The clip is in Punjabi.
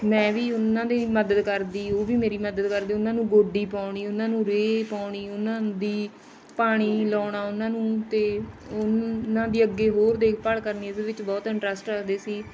ਮੈਂ ਵੀ ਉਹਨਾਂ ਦੀ ਮਦਦ ਕਰਦੀ ਉਹ ਵੀ ਮੇਰੀ ਮਦਦ ਕਰਦੇ ਉਹਨਾਂ ਨੂੰ ਗੋਡੀ ਪਾਉਣੀ ਉਹਨਾਂ ਨੂੰ ਰੇਹ ਪਾਉਣੀ ਉਹਨਾਂ ਦੀ ਪਾਣੀ ਲਗਾਉਣਾ ਉਹਨਾਂ ਨੂੰ ਅਤੇ ਉਹਨਾਂ ਦੀ ਅੱਗੇ ਹੋਰ ਦੇਖਭਾਲ ਕਰਨੀ ਇਹਦੇ ਵਿੱਚ ਬਹੁਤ ਇੰਟਰਸਟ ਰੱਖਦੇ ਸੀ